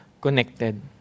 connected